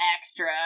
extra